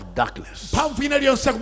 darkness